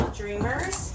dreamers